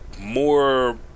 more